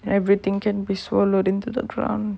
everything can be swallowed into the ground